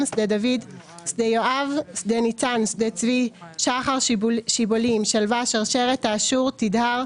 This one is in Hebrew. שדה דוד שדה יואב שדה ניצן שדה צבי שחר שיבולים שלווה שרשרת תאשור תדהר